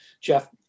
Jeff